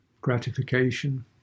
gratification